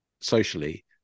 socially